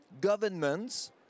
governments